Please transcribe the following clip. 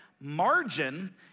Margin